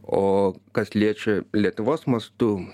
o kas liečia lietuvos mastu